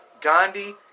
Gandhi